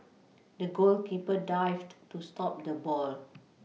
the goalkeeper dived to stop the ball